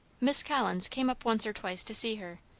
miss collins came up once or twice to see her,